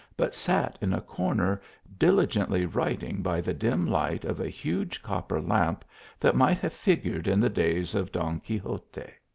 but sat in a corner diligently writing by the dim light of a huge copper lamp that might have figured in the days of don quixote.